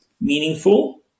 meaningful